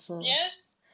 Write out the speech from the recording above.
Yes